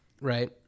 Right